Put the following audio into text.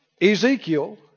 Ezekiel